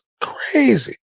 crazy